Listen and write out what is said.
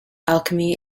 alchemy